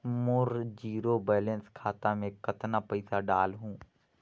मोर zero balance खाता मे कतना पइसा डाल हूं?